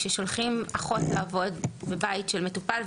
כשאנחנו שולחים אחות לעבוד בבית של מטופל,